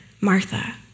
Martha